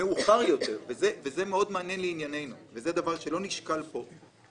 זה מאוד מעניין לענייננו וזה משהו שלא נשקל פה.